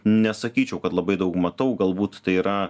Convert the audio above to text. nesakyčiau kad labai daug matau galbūt tai yra